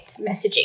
messaging